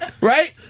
Right